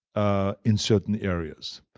ah in certain areas.